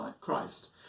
Christ